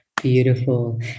Beautiful